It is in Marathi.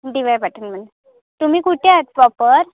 डी वाय पाटीलमध्ये तुम्ही कुठे आहात प्रॉपर